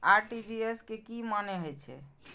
RTGS के की मानें हे छे?